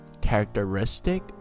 characteristic